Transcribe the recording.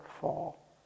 fall